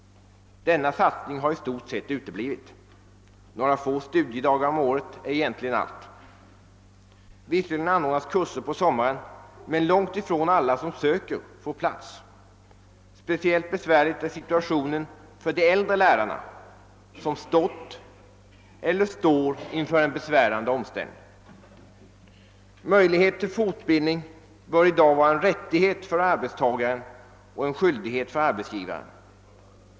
Denna satsning har i stort sett uteblivit. Några få studiedagar om året är egentligen allt. Visserligen anordnas kurser på sommaren, men långt ifrån alla som söker till dem får plats. Speciellt svår är situationen för de äldre lärarna som har stått eller står inför en besvärande omställning. Möjligheter till fortbildning bör i dag vara en rättighet för arbetstagaren och en skyldighet för arbetsgivaren.